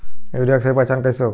Urea के सही पहचान कईसे होखेला?